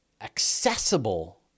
accessible